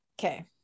Okay